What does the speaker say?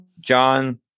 John